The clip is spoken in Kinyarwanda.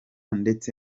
ndetse